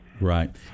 Right